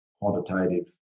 quantitative